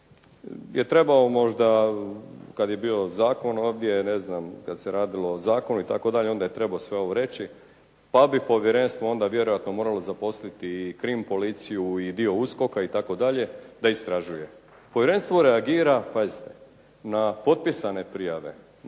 je trebao možda kad je bio zakon ovdje, kad se radilo o zakonu itd. onda je trebao sve ovo reći pa bi povjerenstvo vjerojatno onda moralo zaposliti krim policiju i dio USKOK-a da istražuje. Povjerenstvo reagira pazite na potpisane prijave,